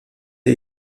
ait